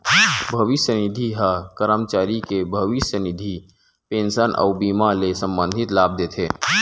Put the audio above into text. भविस्य निधि ह करमचारी के भविस्य निधि, पेंसन अउ बीमा ले संबंधित लाभ देथे